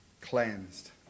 cleansed